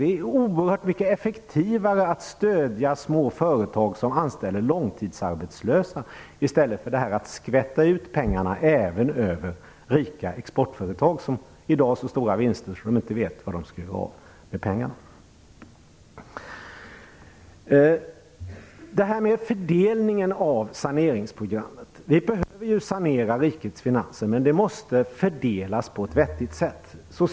Det är oerhört mycket effektivare att stödja små företag som anställer långtidsarbetslösa än att skvätta ut pengarna även över rika exportföretag, som i dag har så stora vinster att de inte vet var de skall göra av pengarna. Det är också fråga om fördelningen av saneringsprogrammet. Vi behöver sanera rikets finanser, men det måste göras en vettig fördelning.